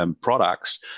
products